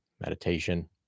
meditation